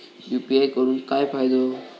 UPI करून काय फायदो?